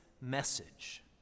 message